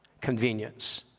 Convenience